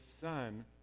son